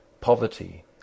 poverty